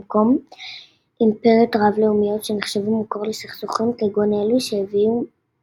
במקום אימפריות רב-לאומיות שנחשבו מקור לסכסוכים כגון אלה שהביאו